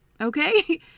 okay